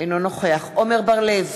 אינו נוכח עמר בר-לב,